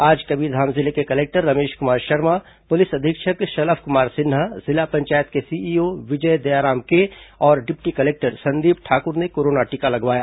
आज कबीरधाम जिले के कलेक्टर रमेश कुमार शर्मा पुलिस अधीक्षक शलभ कुमार सिन्हा जिला पंचायत के सीईओ विजय दयाराम के और डिप्टी कलेक्टर संदीप ठाक्र ने कोरोना टीका लगवाया